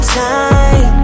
time